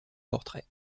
portrait